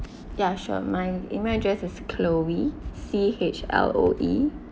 ya sure my email address is chloe C H L O E